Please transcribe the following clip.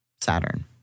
Saturn